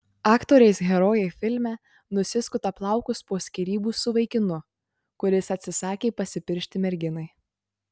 aktorės herojė filme nusiskuta plaukus po skyrybų su vaikinu kuris atsisakė pasipiršti merginai